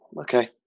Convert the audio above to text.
Okay